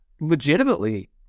legitimately